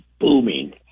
booming